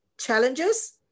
Challenges